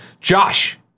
Josh